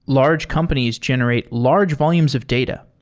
large companies generate large volumes of data.